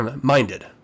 Minded